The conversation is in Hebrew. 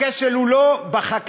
הכשל הוא לא בחקיקה,